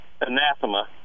anathema